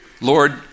Lord